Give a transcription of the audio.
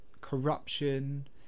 corruption